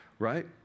Right